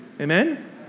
Amen